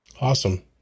awesome